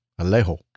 Alejo